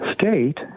state